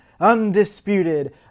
undisputed